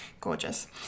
Gorgeous